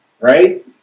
right